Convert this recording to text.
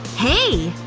hey!